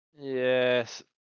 Yes